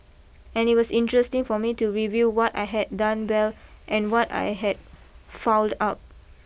and it was interesting for me to review what I had done well and what I had fouled up